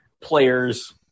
players